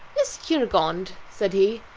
miss cunegonde, said he,